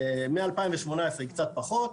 מ-2018 היא קצת פחות,